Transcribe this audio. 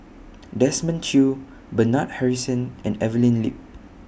Desmond Choo Bernard Harrison and Evelyn Lip